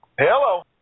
Hello